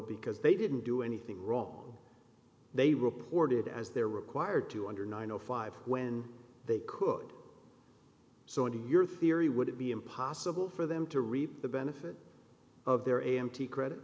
because they didn't do anything wrong they reported as they're required to under nine o five when they could so your theory would be impossible for them to reap the benefit of their a m t credit